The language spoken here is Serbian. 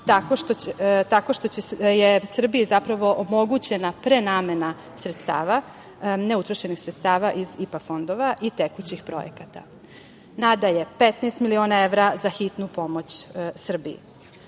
tako što je Srbiji zapravo omogućena prenamena sredstava, neutrošenih sredstava iz IPA fondova i tekućih projekata. Nadalje, 15 miliona evra za hitnu pomoć Srbiji.